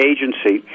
Agency